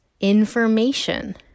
information